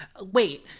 wait